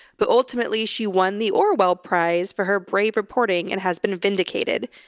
but ultimately she won the orwell prize for her brave reporting and has been vindicated,